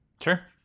Sure